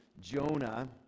jonah